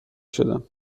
شدم